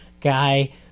guy